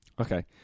Okay